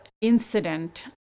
incident